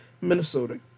Minnesota